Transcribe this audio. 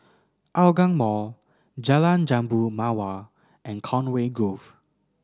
Hougang Mall Jalan Jambu Mawar and Conway Grove